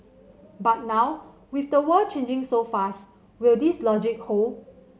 but now with the world changing so fast will this logic hold